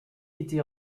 été